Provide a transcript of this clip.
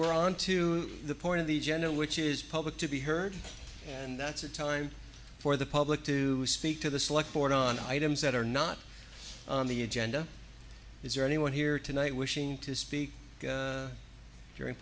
we're on to the point of the general which is public to be heard and that's a time for the public to speak to the select board on items that are not on the agenda is there anyone here tonight wishing to speak